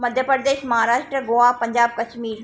Madhya Pradesh Maharashtra Goa Punjab Kashmir